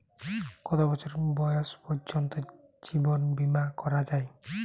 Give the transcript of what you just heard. কত বছর বয়স পর্জন্ত জীবন বিমা করা য়ায়?